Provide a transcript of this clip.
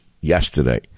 yesterday